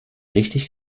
richtig